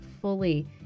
fully